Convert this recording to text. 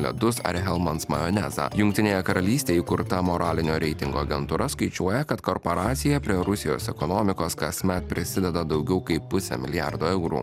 ledus ar hellmans majonezą jungtinėje karalystėj įkurta moralinio reitingo agentūra skaičiuoja kad korporacija prie rusijos ekonomikos kasmet prisideda daugiau kaip pusę milijardo eurų